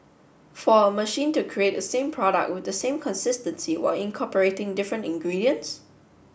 for a machine to create the same product with the same consistency while incorporating different ingredients